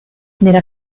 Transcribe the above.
nella